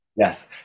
Yes